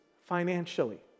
financially